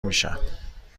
میشم